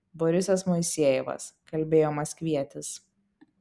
borisas moisejevas kalbėjo maskvietis